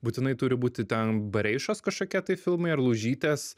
būtinai turi būti ten bareišos kažkokie tai filmai ar lužytės